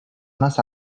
მას